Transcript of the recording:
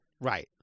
right